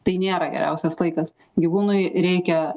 tai nėra geriausias laikas gyvūnui reikia